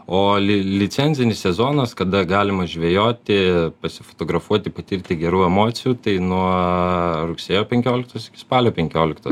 o li licencinis sezonas kada galima žvejoti nusifotografuoti patirti gerų emocijų tai nuo rugsėjo penkioliktos iki spalio penkioliktos